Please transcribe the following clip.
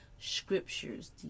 scriptures